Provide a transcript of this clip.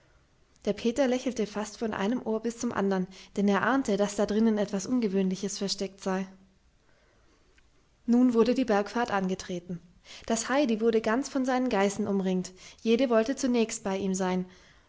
der peter lächelte fast von einem ohr bis zum andern denn er ahnte daß da drinnen etwas ungewöhnliches versteckt sei nun wurde die bergfahrt angetreten das heidi wurde ganz von seinen geißen umringt jede wollte zunächst bei ihm sein